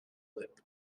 lip